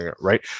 right